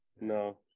no